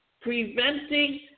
preventing